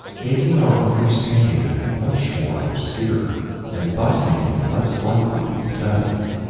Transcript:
making our understanding of it much more obscure and thus making it less likely to be studied.